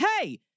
hey